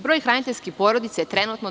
Broj hraniteljske porodice je trenutno 25.